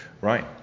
Right